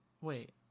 wait